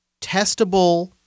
testable